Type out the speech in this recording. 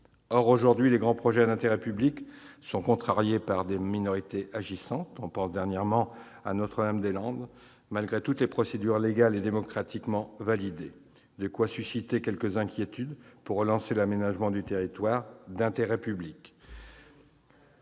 Or, aujourd'hui, les grands projets d'intérêt public sont contrariés par des minorités agissantes- pensons à Notre-Dame-des-Landes -, malgré toutes les procédures légales et démocratiquement validées. De quoi susciter quelques inquiétudes pour relancer l'aménagement du territoire, ce qui est d'intérêt public.